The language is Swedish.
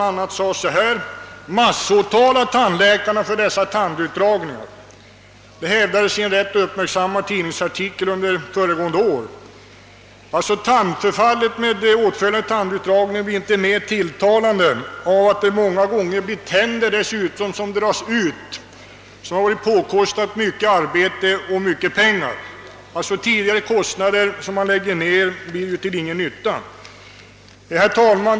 »Massåtala tandläkarna för dessa tandutdragningar», hävdades i en rätt uppmärksammad tidningsartikel under föregående år. Tandförfallet med åtföljande utdragning blir inte mer tilltalande av att det många gånger gäller tänder som har påkostats mycket arbete och mycket pengar. Tidigare kostnader har alltså lagts ned till ingen nytta. Herr talman!